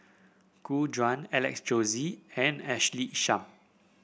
Gu Juan Alex Josey and Ashley Isham